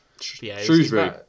Shrewsbury